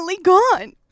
gone